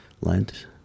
Lent